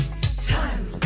Time